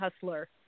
Hustler